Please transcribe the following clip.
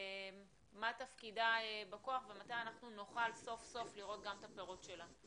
- מה תפקידה בכוח ומתי נוכל סוף סוף לראות גם את הפירות שלה?